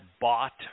bought